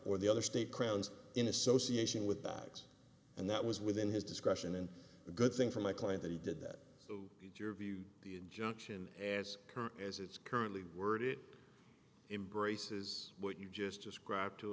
or the other state crowns in association with bags and that was within his discretion and a good thing for my client that he did that so your view the injunction as current as it's currently worth it embraces what you've just described to